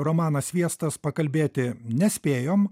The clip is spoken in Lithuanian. romaną sviestas pakalbėti nespėjom